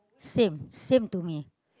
same same to me